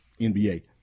NBA